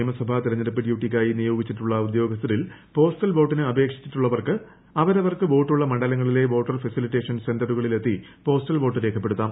നിയമസഭാ തെരഞ്ഞെടുപ്പ് ഡ്യൂട്ടിക്കായി നിയോഗിച്ചിട്ടുള്ള ഉദ്യോഗസ്ഥരിൽ പോസ്റ്റൽ വോട്ടിന് അപേക്ഷിച്ചിട്ടുള്ളവർക്ക് അവരവർക്ക് വോട്ടുളള മണ്ഡലങ്ങളിലെ വോട്ടർ ഫെസിലിറ്റേഷൻ സെന്ററുകളിലെത്തി പോസ്റ്റൽ വോട്ട് രേഖപ്പെടുത്താം